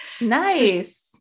nice